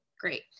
great